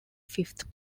fifth